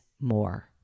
more